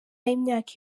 y’imyaka